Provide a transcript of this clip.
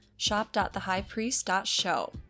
shop.thehighpriest.show